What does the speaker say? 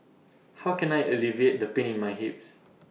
how can I alleviate the pain in my hips